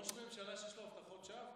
ראש ממשלה שיש לו הבטחות שווא,